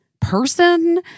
person